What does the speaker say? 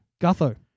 Gutho